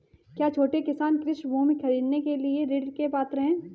क्या छोटे किसान कृषि भूमि खरीदने के लिए ऋण के पात्र हैं?